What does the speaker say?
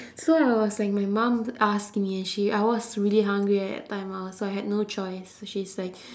so I was like my mum asking me and she I was really hungry at the time ah so I had no choice so she's like